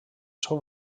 seu